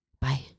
Bye